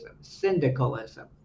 syndicalism